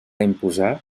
imposar